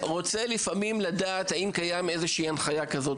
לפעמים אדם רוצה לדעת אם קיימת הנחיה כלשהי,